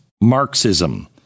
Marxism